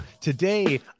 Today